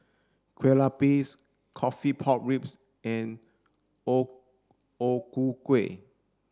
Kueh Lapis coffee pork ribs and O O Ku Kueh